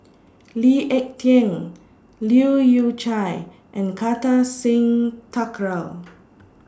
Lee Ek Tieng Leu Yew Chye and Kartar Singh Thakral